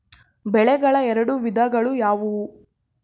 ಬೆಳೆಗಳ ಎರಡು ವಿಧಗಳು ಯಾವುವು?